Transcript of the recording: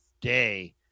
day